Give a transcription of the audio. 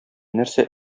нәрсә